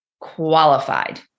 qualified